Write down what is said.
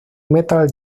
metal